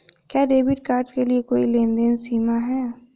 क्या debit card के लिए कोई लेनदेन सीमा है?